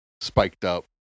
spiked-up